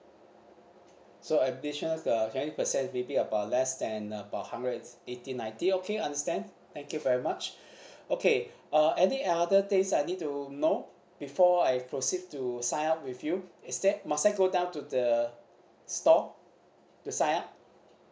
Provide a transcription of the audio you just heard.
so additionals the twenty percent maybe about less than about hundred and eighty ninety okay understand thank you very much okay uh any other things I need to know before I proceed to sign up with you is that must I go down to the store to sign up